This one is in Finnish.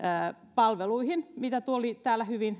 palveluihin mikä tuli täällä hyvin